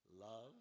Love